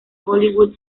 hollywood